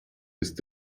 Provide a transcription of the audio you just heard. ist